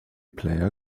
player